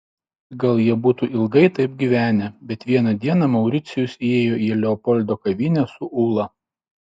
gal jie būtų ilgai taip gyvenę bet vieną dieną mauricijus įėjo į leopoldo kavinę su ula